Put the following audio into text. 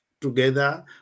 together